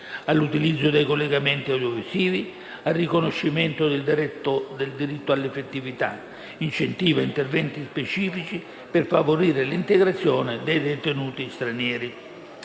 all'utilizzo dei collegamenti audiovisivi, al riconoscimento del diritto all'affettività; incentiva interventi specifici per favorire l'integrazione dei detenuti stranieri.